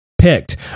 picked